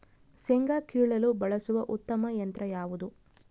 ಶೇಂಗಾ ಕೇಳಲು ಬಳಸುವ ಉತ್ತಮ ಯಂತ್ರ ಯಾವುದು?